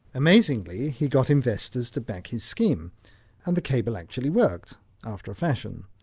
amazingly, he got investors to back his scheme and the cable actually worked after a fashion.